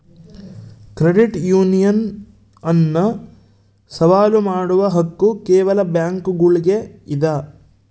credit union ಅನ್ನು ಸವಾಲು ಮಾಡುವ ಹಕ್ಕು ಕೇವಲ ಬ್ಯಾಂಕುಗುಳ್ಗೆ ಇದ